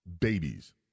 babies